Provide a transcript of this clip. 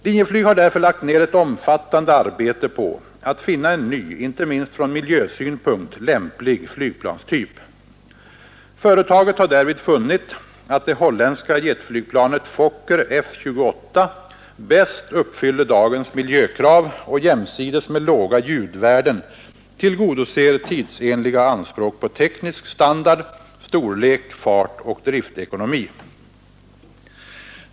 Linjeflyg har därför lagt ner ett omfattande arbete på att finna en ny, inte minst från miljösynpunkt lämplig flygplanstyp. Företaget har därvid funnit att det holländska jetflygplanet Fokker F-28 bäst uppfyller dagens miljökrav och jämsides med låga ljudvärden tillgodoser tidsenliga anspråk på teknisk standard, storlek, fart och driftekonomi.